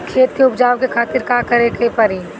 खेत के उपजाऊ के खातीर का का करेके परी?